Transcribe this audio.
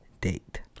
date